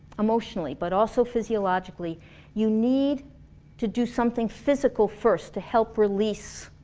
emotionally, but also physiologically you need to do something physical first to help release